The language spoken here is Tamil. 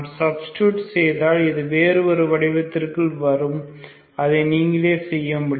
சப்ஸ்டிடுட் செய்தால் இது வேறு ஒரு வடிவத்திற்கு வரும் அதை நீங்களே செய்ய முடியும்